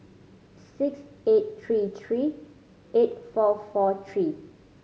six eight three three eight four four three